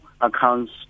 accounts